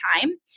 time